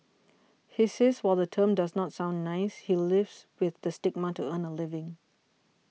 he says while the term does not sound nice he lives with the stigma to earn a living